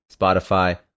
Spotify